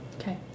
Okay